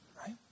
Right